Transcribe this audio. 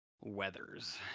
Weathers